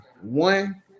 one